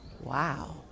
wow